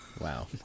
Wow